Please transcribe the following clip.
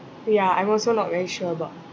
ya I'm also not very sure about